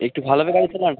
একটু ভালোভাবে গাড়ি চালান